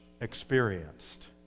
experienced